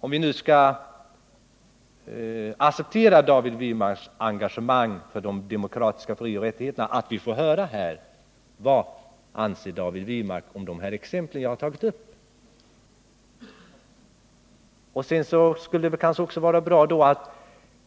Om vi skall acceptera David Wirmarks engagemang för de demokratiska frioch rättigheterna, tror jag att det är viktigt att vi här får höra vad han anser om de exempel som jag tagit upp. Kanske skulle det då också vara bra om